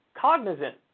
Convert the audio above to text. cognizant